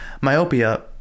Myopia